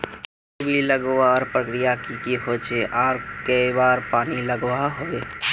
कोबी लगवार प्रक्रिया की की होचे आर कई बार पानी लागोहो होबे?